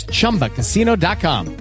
Chumbacasino.com